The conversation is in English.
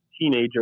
teenager